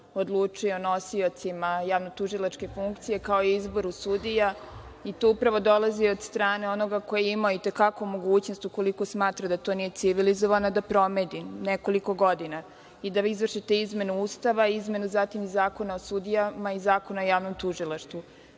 odlučuje o nosiocima javnotužilačke funkcije, kao i o izboru sudija, i to upravo dolazi od strane onoga ko je imao itekako mogućnost ukoliko smatra da to nije civilizovano da promeni, nekoliko godina, i da izvrši te izmene Ustava i zatim, izmenu Zakona o sudijama i Zakona o javnom tužilaštvu. Tačno